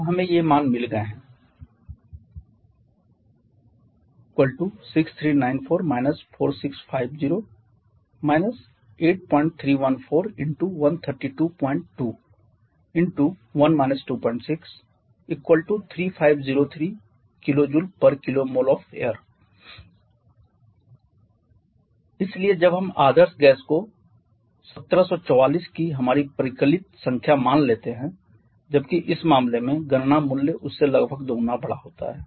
अब हमें ये मान मिल गए हैं 83141322 1 263503 KJkmol of air इसलिए जब हम आदर्श गैस को 1744 की हमारी परिकलित संख्या मान लेते हैं जबकि इस मामले में गणना मूल्य उससे लगभग दोगुना बड़ा होता है